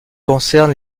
concerne